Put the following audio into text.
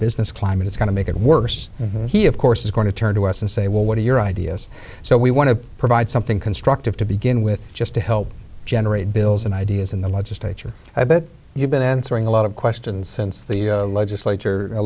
business climate it's going to make it worse and he of course is going to turn to us and say well what are your ideas so we want to provide something constructive to begin with just to help generate bills and ideas in the legislature i bet you've been answering a lot of questions since the legislature